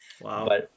Wow